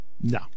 No